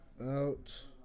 out